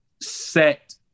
set